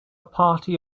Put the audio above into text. party